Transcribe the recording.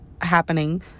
happening